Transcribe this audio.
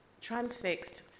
Transfixed